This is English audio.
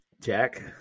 Jack